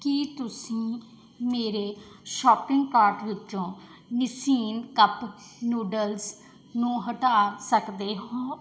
ਕੀ ਤੁਸੀਂ ਮੇਰੇ shopping cart ਵਿੱਚੋਂ ਨਿਸੀਨ ਕਪ ਨੂਡਲਜ਼ ਨੂੰ ਹਟਾ ਸਕਦੇ ਹੋ